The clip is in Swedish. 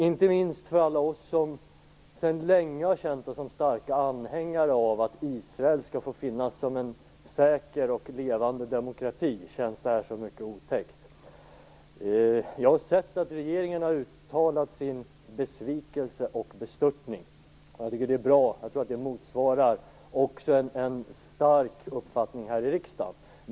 Inte minst för alla oss som sedan länge har känt oss som stark anhängare av att Israel skall få finnas som en säker och ledande demokrati känns det här mycket otäckt. Jag har sett att regeringen har uttalat sin besvikelse och bestörtning. Jag tycker att det är bra, jag tror att det motsvarar också en stark uppfattning här i riksdagen.